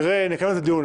נקיים את הדיון.